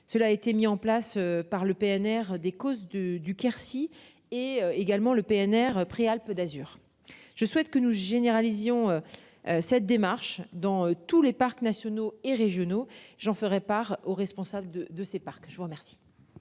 Cela a été mis en place par le PNR des causes du du Quercy et également le PNR Préalpes d'Azur. Je souhaite que nous généralisons. Cette démarche dans tous les parcs nationaux et régionaux, j'en ferai part aux responsables de de ces parcs. Je vous remercie.